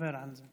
נדבר על זה.